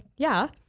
yeah,